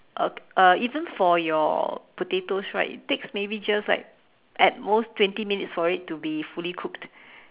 uh uh even for your potatoes right it takes maybe just like at most twenty minutes for it to be fully cooked